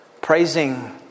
praising